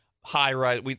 high-rise